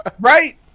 Right